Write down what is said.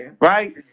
right